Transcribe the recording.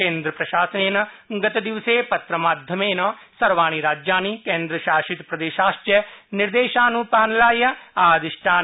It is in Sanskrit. केन्द्रप्रशासेन गतदिवसे पत्रमाध्यमेन सर्वाणि राज्यानि केन्द्रशासित प्रदेशाश्च निर्देशान्पालनाय आदिष्टानि